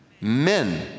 Men